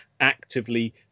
actively